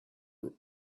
were